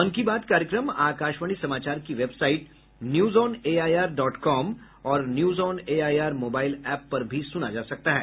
मन की बात कार्यक्रम आकाशवाणी समाचार की वेबसाइट न्यूजऑनएआईआर डॉट कॉम और न्यूजऑनएआईआर मोबाईल एप पर भी सुना जा सकता है